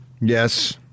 Yes